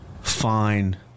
Fine